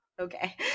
Okay